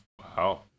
Wow